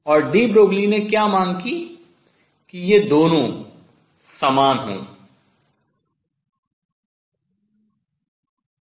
और de Broglie ने क्या मांग की कि ये दोनों समान हों